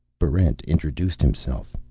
barrent introduced himself.